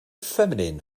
feminine